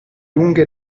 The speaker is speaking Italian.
lunghe